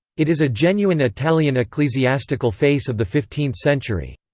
it is a genuine italian ecclesiastical face of the xvth century.